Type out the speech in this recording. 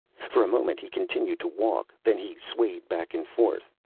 for a moment he continued to walk. then he swayed back and forth.